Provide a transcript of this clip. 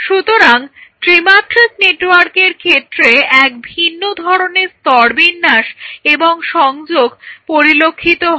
সুতরাং ত্রিমাত্রিক নেটওয়ার্কের ক্ষেত্রে এক ভিন্ন ধরনের স্তরবিন্যাস এবং সংযোগ পরিলক্ষিত হয়